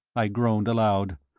i groaned aloud,